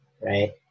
right